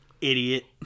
idiot